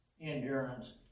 endurance